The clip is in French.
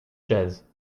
chaises